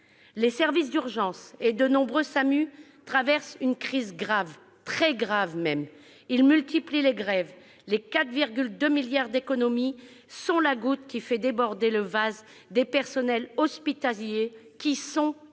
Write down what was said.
Les services d'urgence et de nombreux SAMU traversent une crise grave, très grave. Ils multiplient les grèves et les 4,2 milliards d'euros d'économies sont la goutte d'eau qui fait déborder le vase pour les personnels hospitaliers. Ils sont en